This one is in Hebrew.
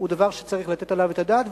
זה דבר שצריך לתת עליו את הדעת.